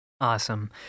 Awesome